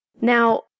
Now